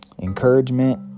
Encouragement